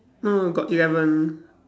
no got eleven